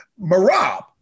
Marab